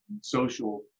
social